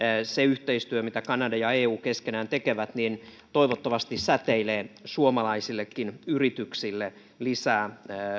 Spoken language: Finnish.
se yhteistyö mitä kanada ja eu keskenään tekevät säteilee suomalaisillekin yrityksille lisää